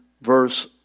verse